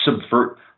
subvert